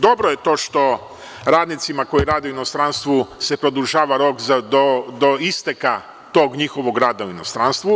Dobro je to što se radnicima koji rade u inostranstvu produžava rok do isteka tog njihovog rada u inostranstvu.